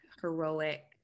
heroic